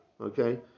Okay